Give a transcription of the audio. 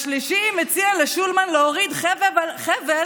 השלישי מציע לשולמן להוריד חבל,